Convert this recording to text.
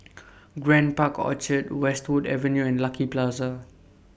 Grand Park Orchard Westwood Avenue and Lucky Plaza